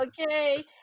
okay